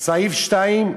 סעיף 2,